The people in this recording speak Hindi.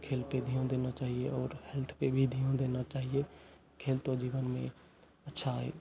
खेल पे ध्यान देना चाहिए और हेल्थ पे भी ध्यान देना चाहिए खेल तो जीवन में अच्छा है ही